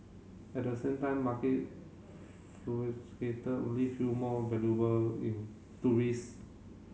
at the same time market leave you more valuable in to risk